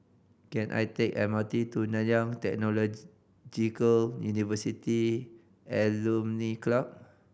can I take M R T to Nanyang University Alumni Club